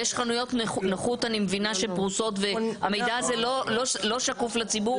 יש חנויות נוחות אני מבינה שפרוסות והמידה הזאת לא שקוף לציבור.